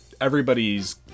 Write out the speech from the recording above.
Everybody's